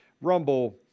rumble